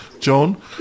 John